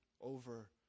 over